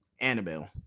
Annabelle